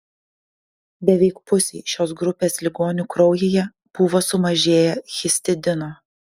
beveik pusei šios grupės ligonių kraujyje buvo sumažėję histidino